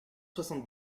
soixante